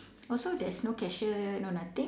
also there's no cashier no nothing